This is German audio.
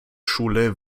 schule